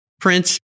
Prince